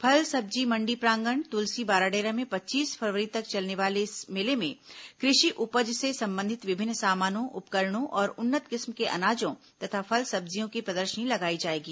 फल सब्जी मंडी प्रांगण तुलसी बाराडेरा में पच्चीस फरवरी तक चलने वाले इस मेले में कृषि उपज से संबंधित विभिन्न सामानों उपकरणों और उन्नत किस्म के अनाजों तथा फल सब्जियों की प्रदर्शनी लगाई जाएगी